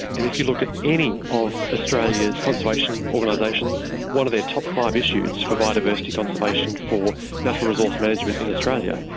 and if you look at any of australia's conservation organisations, one of their top five issues for biodiversity, conservation, for natural resource management in australia,